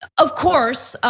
of course,